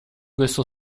questo